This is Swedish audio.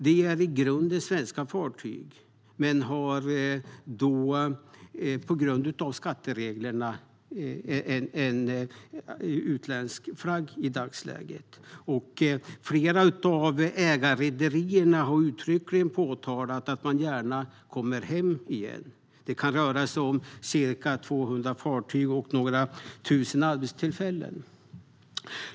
De är i grunden svenska fartyg men har i dagsläget på grund av skattereglerna utländsk flagg. Flera av ägarrederierna har uttryckligen uttalat att de gärna kommer hem igen. Det kan röra sig om ca 200 fartyg och några tusen arbetstillfällen.